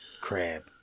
Crab